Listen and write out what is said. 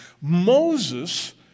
Moses